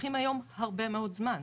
לוקחים היום הרבה מאוד זמן.